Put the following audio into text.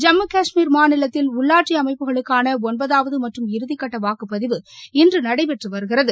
ஜம்மு கஷ்மீர் மாநிலத்தில் உள்ளாட்சி அமைப்புகளுக்கான ஒன்பதாவது மற்றும் இறுதிக்கட்ட வாக்குப்பதிவு இன்று நடைபெற்று வருகிறது